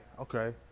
okay